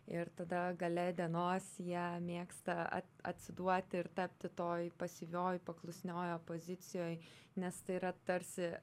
ir tada gale dienos jie mėgsta atsiduoti ir tapti toj pasyvioj paklusnioj pozicijoj nes tai yra tarsi